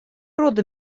рода